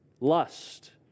lust